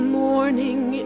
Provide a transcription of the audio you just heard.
morning